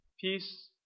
Peace